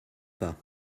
pas